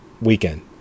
weekend